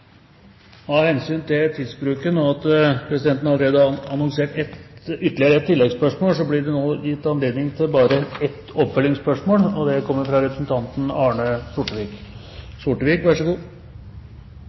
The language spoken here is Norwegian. Av hensyn til tidsbruken, og siden presidenten allerede har annonsert ytterligere ett tilleggsspørsmål, blir det gitt anledning til bare ett oppfølgingsspørsmål – fra representanten Arne Sortevik.